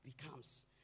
becomes